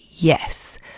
Yes